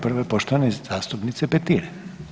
Prva je poštovane zastupnice Petir.